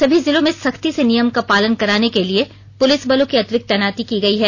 सभी जिलों में सख्ती से नियम का पालन कराने के लिए पुलिस बलों की अतिरिक्त तैनाती की गयी है